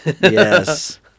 Yes